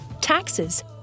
taxes